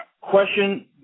question